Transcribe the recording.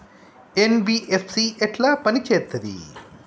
NBFC ఎట్ల పని చేత్తది?